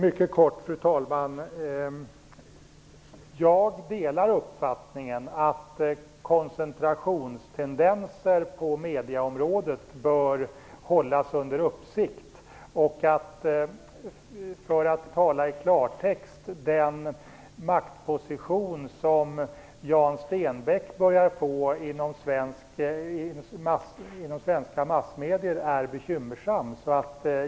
Fru talman! Jag delar uppfattningen att koncentrationstendenser på medieområdet bör hållas under uppsikt. För att tala i klartext: Den maktposition som Jan Stenbeck börjar få inom svenska massmedier är bekymmersam.